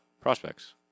prospects